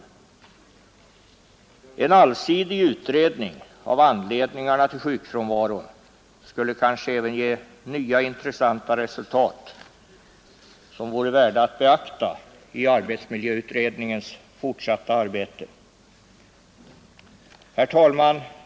En allsidig utredning av anledningarna till sjukfrånvaron skulle kanske även ge nya intressanta resultat, som vore värda att beakta i arbetsmiljöutredningens fortsatta arbete. Herr talman!